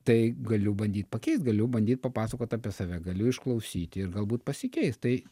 tai galiu bandyt pakeist galiu bandyt papasakot apie save galiu išklausyti ir galbūt pasikeis tai